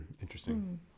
Interesting